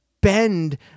bend